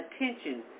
attention